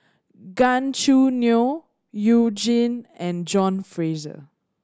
Gan Choo Neo You Jin and John Fraser